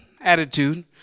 attitude